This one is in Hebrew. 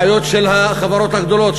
בעיות של החברות הגדולות,